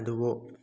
ꯑꯗꯨꯕꯨ